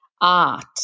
art